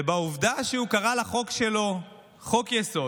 ובעובדה שהוא קרא לחוק שלו "חוק-יסוד",